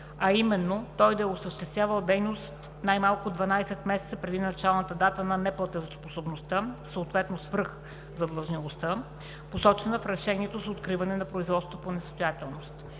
а именно той да е осъществявал дейност най-малко 12 месеца преди началната датата на неплатежоспособността, съответно свръхзадлъжнялостта, посочена в решението за откриване на производството по несъстоятелност.